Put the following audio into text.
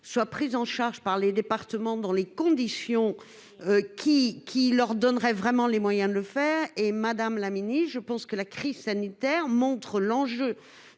soit prise en charge par les départements, dans des conditions qui leur donneraient vraiment les moyens de la mettre en place. Madame la ministre, selon moi, la crise sanitaire montre l'enjeu